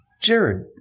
Jared